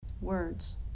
Words